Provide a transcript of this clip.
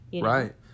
right